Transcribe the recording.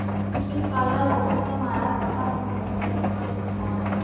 ಈಗಿನ್ ಕಾಲದಾಗ್ ವಕ್ಕಲತನ್ ಮಾಡಕ್ಕ್ ಹೊಸ ಹೊಸ ಮೆಥಡ್ ಗೊಳ್ ಹೊಂಟವ್